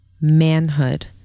manhood